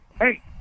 hey